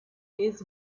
his